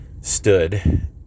stood